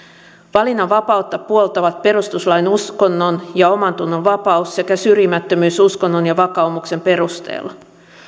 valinnanvapautta puoltavat perustuslain uskonnon ja omantunnon vapaus sekä syrjimättömyys uskonnon ja vakaumuksen perusteella